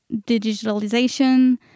digitalization